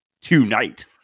tonight